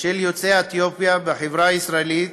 של יוצאי אתיופיה בחברה הישראלית